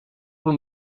een